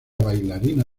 bailarina